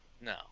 No